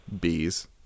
bees